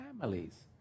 families